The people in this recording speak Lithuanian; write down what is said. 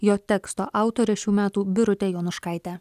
jo teksto autorė šių metų birutė jonuškaitė